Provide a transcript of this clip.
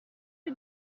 rue